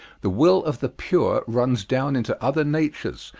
the will of the pure runs down into other natures,